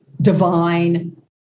divine